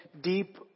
deep